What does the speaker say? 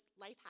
life